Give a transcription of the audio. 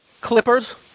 Clippers